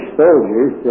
soldiers